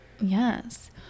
Yes